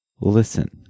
listen